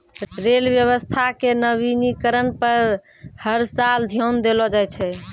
rail व्यवस्था के नवीनीकरण पर हर साल ध्यान देलो जाय छै